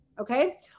Okay